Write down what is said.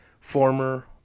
former